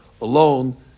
alone